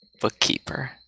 Bookkeeper